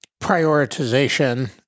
prioritization